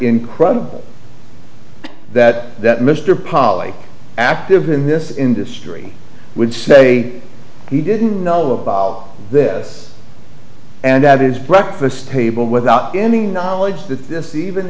incredible that that mr polly active in this industry would say he didn't know about this and that is breakfast table without any knowledge that this even